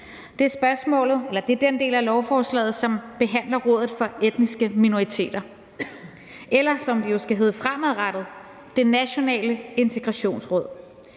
er den del af lovforslaget, som behandler Rådet for Etniske Minoriteter, eller som det jo fremadrettet skal hedde: Det Nationale Integrationsråd.